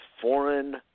foreign